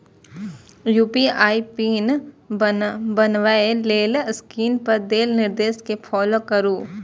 UPI PIN बनबै लेल screen पर देल निर्देश कें फॉलो करू